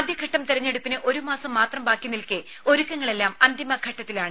ആദ്യഘട്ടം തിരഞ്ഞെടുപ്പിന് ഒരുമാസം മാത്രം ബാക്കിനിൽക്കെ ഒരുക്കങ്ങളെല്ലാം അന്തിമ ഘട്ടത്തിലാണ്